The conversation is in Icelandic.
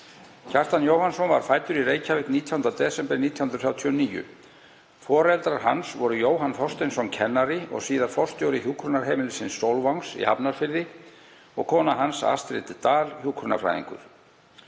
Kjartan Jóhannsson var fæddur í Reykjavík 19. desember 1939. Foreldrar hans voru Jóhann Þorsteinsson, kennari og síðar forstjóri hjúkrunarheimilisins Sólvangs í Hafnarfirði, og kona hans Astrid Dahl hjúkrunarfræðingur.